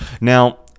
Now